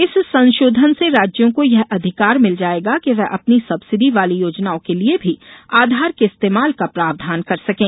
इस संशोधन से राज्यों को यह अधिकार मिल जायेगा कि वे अपनी सब्सिडी वाली योजनाओं के लिए भी आधार के इस्तेमाल का प्रावधान कर सकें